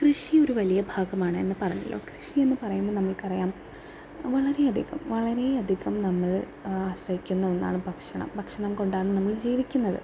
കൃഷി ഒരു വലിയ ഭാഗമാണ് എന്ന് പറഞ്ഞല്ലോ കൃഷി എന്നുപറയുമ്പോൾ നമ്മൾക്കറിയാം വളരെയധികം വളരെയധിയകം നമ്മൾ ആശ്രയിക്കുന്ന ഒന്നാണ് ഭക്ഷണം ഭക്ഷണം കൊണ്ടാണ് നമ്മൾ ജീവിക്കുന്നത്